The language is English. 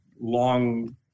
long